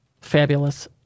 Fabulous